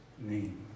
name